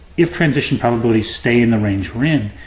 if transition probably stay in the range we're in,